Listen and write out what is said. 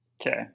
Okay